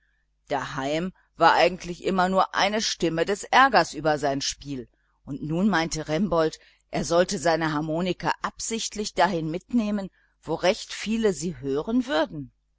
daheim war eigentlich immer nur eine stimme des ärgers über sein spiel und nun meinte remboldt er sollte seine harmonika absichtlich dahin mitnehmen wo recht viele sie hören würden